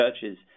churches